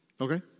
Okay